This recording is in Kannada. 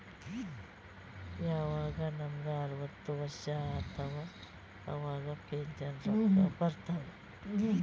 ಯವಾಗ್ ನಮುಗ ಅರ್ವತ್ ವರ್ಷ ಆತ್ತವ್ ಅವಾಗ್ ಪೆನ್ಷನ್ ರೊಕ್ಕಾ ಬರ್ತಾವ್